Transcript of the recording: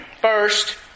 First